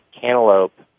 cantaloupe